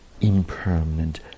impermanent